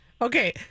Okay